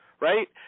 Right